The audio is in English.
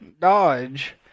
Dodge